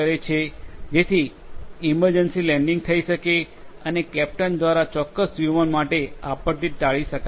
જેથી emergency landing લઈ શકે અને કેપ્ટન દ્વારા ચોક્કસ વિમાન માટે આપત્તિ ટાળી શકાય છે